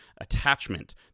attachment